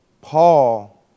Paul